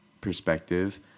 perspective